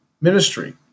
ministry